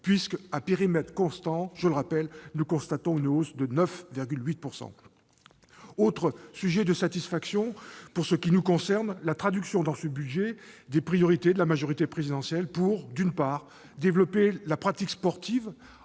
puisque, à périmètre constant- je le répète -, nous constatons une hausse de 9,8 %. Un autre sujet de satisfaction pour ce qui nous concerne est la traduction dans ce budget des priorités de la majorité présidentielle pour : d'une part, développer la pratique sportive